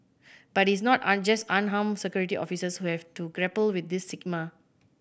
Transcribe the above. but it's not just unarmed Security Officers who have to grapple with this stigma